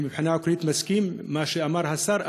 אני מבחינה עקרונית מסכים למה שאמר השר,